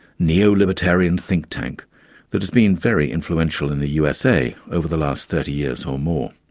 neo-libertarian think tank that has been very influential in the usa over the last thirty years or more.